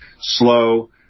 slow